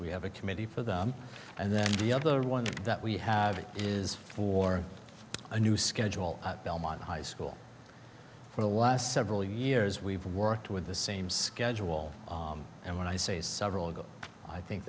we have a committee for them and then the other one that we have is for a new schedule belmont high school for the last several years we've worked with the same schedule and when i say several go i think